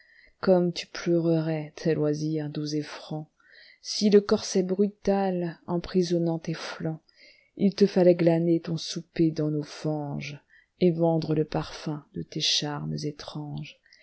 comme tu pleurerais tes loisirs doux et francs si le corset brutal emprisonnant tes flancs il te fallait glaner ton souper dans nos fangeset vendre le parfum de tes charmes étranges